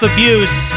Abuse